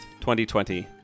2020